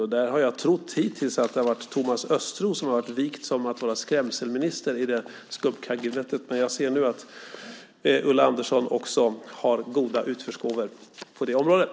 Jag har hittills trott att det har varit Thomas Östros som har varit vikt åt att vara skrämselminister i det skuggkabinettet men jag ser nu att också Ulla Andersson har goda utförsgåvor på det området.